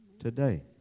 today